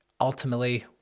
ultimately